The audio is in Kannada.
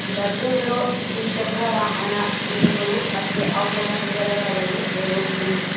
ಲಭ್ಯವಿರೋ ದ್ವಿಚಕ್ರ ವಾಹನ ವಿಮೆಗಳು ಮತ್ತೆ ಅವುಗಳ ವಿವರಗಳ ಬಗ್ಗೆ ಹೇಳು ಪ್ಲೀಸ್